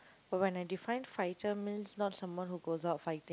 but when I define fighter means not someone who goes out fighting